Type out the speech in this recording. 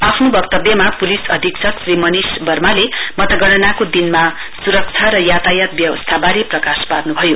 आफ्नो वक्तव्यमा पुलिस अधीक्षक श्री मनिष वर्माले मतगणनाको दिनमा सुरक्षा र यातायात व्यवस्थावारे प्रकाश पार्न्भयो